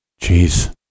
Jeez